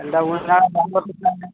यंदा ऊन नाही तांबडं फुटणार नाही